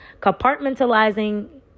compartmentalizing